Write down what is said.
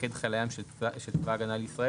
מפקד חיל הים של צבא ההגנה לישראל